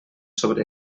sobre